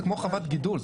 זה כמו חוות גידול,